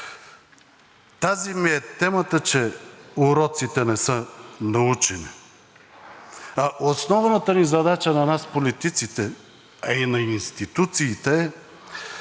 Тази ми е темата, че уроците не са научени. А основната ни задача на нас политиците, а и на институциите, е